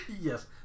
yes